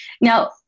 Now